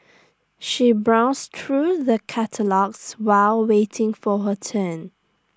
she browsed through the catalogues while waiting for her turn